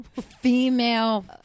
female